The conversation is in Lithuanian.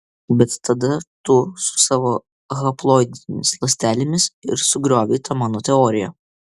bet tada tu su savo haploidinėmis ląstelėmis ir sugriovei tą mano teoriją